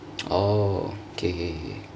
oh okay okay